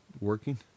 working